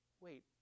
wait